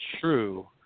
true